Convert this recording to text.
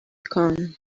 can